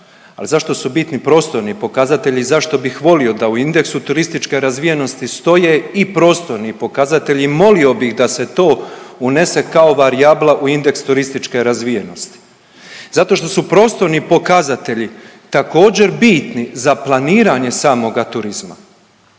al zašto su bitni prostorni pokazatelji, zašto bih volio da u indeksu turističke razvijenosti stoje i prostorni pokazatelji i molio bih ih da se to unese kao varijabla u indeks turističke razvijenosti. Zato što su prostorni pokazatelji također bitni za planiranje samoga turizma.